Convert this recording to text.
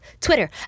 Twitter